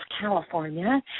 California